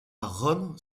rome